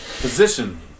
position